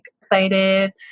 excited